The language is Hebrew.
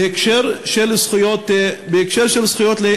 בהקשר של זכויות הילדים,